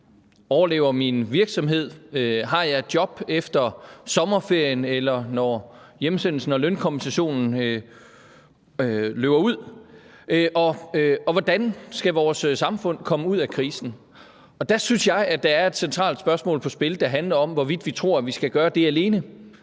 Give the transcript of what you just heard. Overlever min virksomhed? Har jeg et job efter sommerferien, eller når hjemsendelsen og lønkompensationen løber ud? Og hvordan skal vores samfund komme ud af krisen? Og der synes jeg, at der er et centralt spørgsmål på spil, der handler om, hvorvidt vi tror, at vi skal gøre det alene,